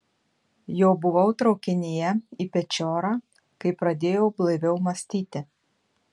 jau buvau traukinyje į pečiorą kai pradėjau blaiviau mąstyti